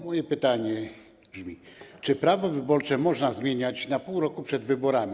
Moje pytanie brzmi: Czy prawo wyborcze można zmieniać na pół roku przed wyborami?